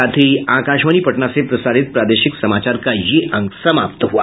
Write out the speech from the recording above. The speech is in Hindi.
इसके साथ ही आकाशवाणी पटना से प्रसारित प्रादेशिक समाचार का ये अंक समाप्त हुआ